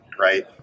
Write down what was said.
right